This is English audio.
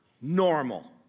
normal